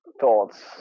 thoughts